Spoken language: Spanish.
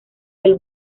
del